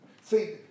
See